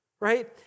Right